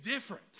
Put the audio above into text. different